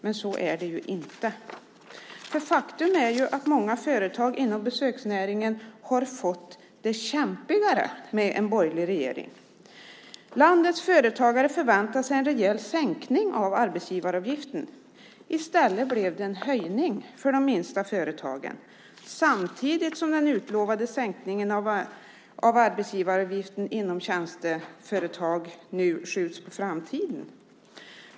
Men så är det ju inte. Faktum är att många företag inom besöksnäringen har fått det kämpigare med en borgerlig regering. Landets företagare förväntar sig en rejäl sänkning av arbetsgivaravgiften. I stället blev det en höjning för de minsta företagen, samtidigt som den utlovade sänkningen av arbetsgivaravgiften inom tjänsteföretag nu skjuts på framtiden.